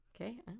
Okay